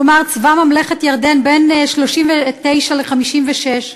כלומר צבא ממלכת ירדן, בין השנים 1939 ו-1956.